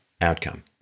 outcome